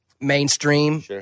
mainstream